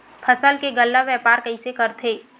फसल के गल्ला व्यापार कइसे करथे?